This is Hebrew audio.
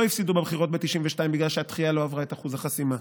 לא הפסידו בבחירות ב-1992 בגלל שהתחייה לא עברה את אחוז החסימה.